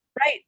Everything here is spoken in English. Right